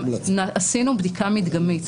עשינו בדיקה מדגמית,